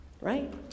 Right